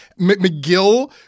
McGill